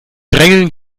drängeln